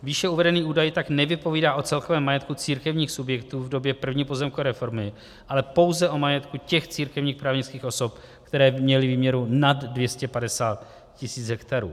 Výše uvedený údaj tak nevypovídá o celkovém majetku církevních subjektů v době první pozemkové reformy, ale pouze o majetku těch církevních právnických osob, které měly výměru nad 250 tisíc hektarů.